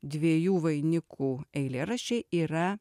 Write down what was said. dviejų vainikų eilėraščiai yra